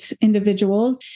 individuals